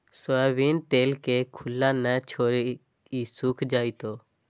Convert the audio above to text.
soybean तेल के खुल्ला न छोरीहें ई सुख जयताऊ